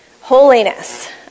Holiness